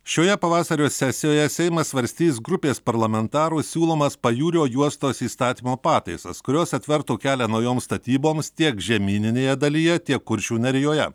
šioje pavasario sesijoje seimas svarstys grupės parlamentarų siūlomas pajūrio juostos įstatymo pataisas kurios atvertų kelią naujoms statyboms tiek žemyninėje dalyje tiek kuršių nerijoje